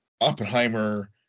Oppenheimer